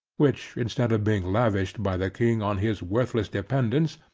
which instead of being lavished by the king on his worthless dependents,